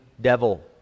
devil